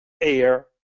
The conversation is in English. air